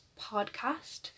podcast